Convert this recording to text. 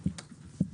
זיהום